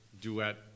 duet